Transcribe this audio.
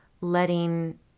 letting